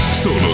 Solo